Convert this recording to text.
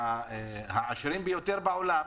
שהעשירים ביותר בעולם